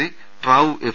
C ട്രാവു F